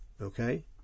Okay